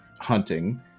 hunting